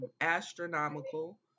astronomical